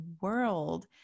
world